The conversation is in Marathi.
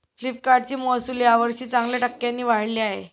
फ्लिपकार्टचे महसुल यावर्षी चांगल्या टक्क्यांनी वाढले आहे